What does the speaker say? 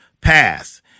pass